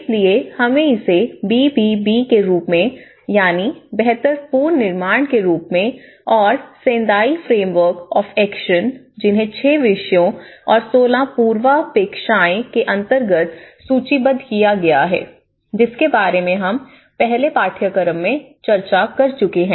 इसलिए हम इसे बी बी बी के रूप में यानी बेहतर पूर्ण निर्माण के रूप में और सेंदाई फ्रेमवर्क ऑफ एक्शन जिन्हें 6 विषयों और 16 पूर्वापेक्षाएँ के अंतर्गत सूचीबद्ध किया गया है जिसके बारे में हम पहले पाठ्यक्रम में चर्चा चुके है